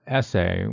essay